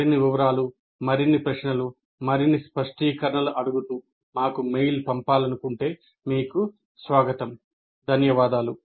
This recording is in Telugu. మరిన్ని వివరాలు మరిన్ని ప్రశ్నలు మరిన్ని స్పష్టీకరణలు అడుగుతూ మాకు మెయిల్ పంపాలనుకుంటే మీకు స్వాగతం ధన్యవాదాలు